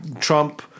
Trump